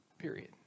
Period